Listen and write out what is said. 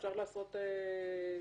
אפשר לעשות תיקון.